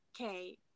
okay